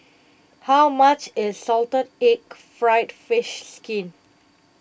how much is Salted Egg Fried Fish Skin